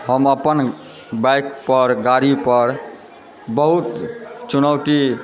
हम अपन बाइकपर गाड़ीपर बहुत चुनौती